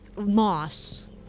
moss